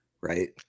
right